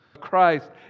Christ